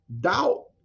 doubt